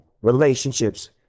relationships